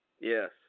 Yes